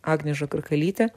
agnė žagrakalytė